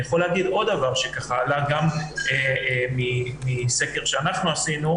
אני יכול להגיד עוד דבר שעלה גם מסקר שאנחנו עשינו,